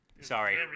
Sorry